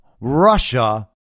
Russia